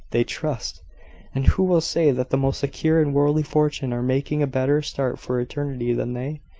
they trust and who will say that the most secure in worldly fortune are making a better start for eternity than they?